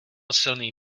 silný